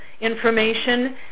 information